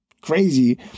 crazy